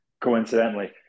coincidentally